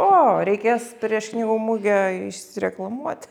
o reikės prieš knygų mugę išsireklamuoti